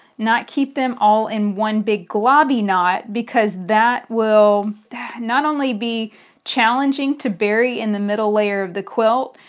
not keep them together in one big globby knot because that will not only be challenging to bury in the middle layer of the quilt,